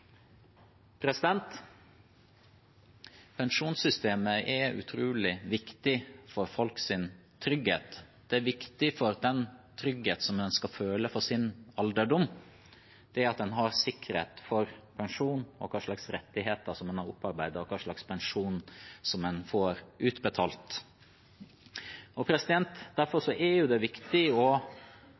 viktig for den tryggheten en skal føle for sin alderdom, at en har sikkerhet for pensjonen, hvilke rettigheter en har opparbeidet seg, og hvilken pensjon en får utbetalt. Derfor er det viktig å sikre stabilitet i pensjonssystemet, men det er også viktig